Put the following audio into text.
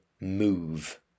move